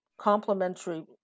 complementary